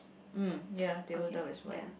mm ya table top is white